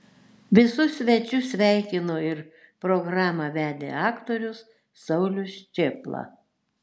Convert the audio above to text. visus svečius sveikino ir programą vedė aktorius saulius čėpla